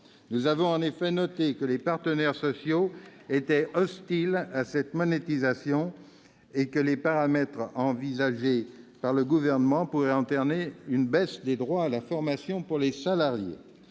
Nous avons en effet noté que les partenaires sociaux étaient hostiles à cette monétisation et que les paramètres envisagés par le Gouvernement pourraient entraîner une baisse des droits à la formation pour les salariés.